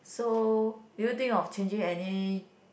so do you think of changing any